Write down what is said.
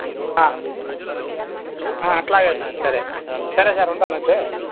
అట్లాగే సార్ సరే సరే సార్ ఉంటాను అయితే